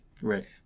Right